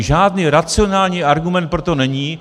Žádný racionální argument pro to není.